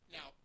Now